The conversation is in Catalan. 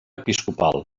episcopal